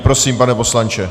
Prosím, pane poslanče.